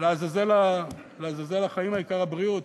לעזאזל החיים, העיקר הבריאות.